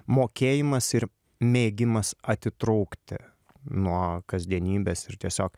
mokėjimas ir mėgimas atitrūkti nuo kasdienybės ir tiesiog